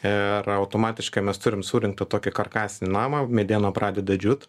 ir automatiškai mes turim surinktą tokį karkasinį namą mediena pradeda džiūt